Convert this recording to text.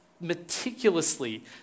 meticulously